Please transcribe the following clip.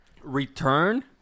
Return